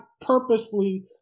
purposely